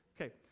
Okay